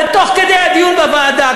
ותוך כדי דיון בוועדה,